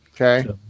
okay